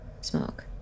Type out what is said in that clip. smoke